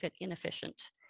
inefficient